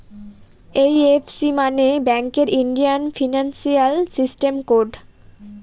IFC মানে ব্যাঙ্কের Indian financial system code